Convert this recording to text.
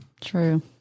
True